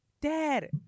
Dad